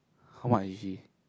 how much is she